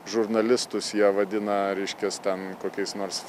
žurnalistus jie vadina reiškias ten kokiais nors